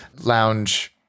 lounge